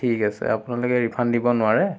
ঠিক আছে আপোনালোকে ৰিফাণ্ড দিব নোৱাৰে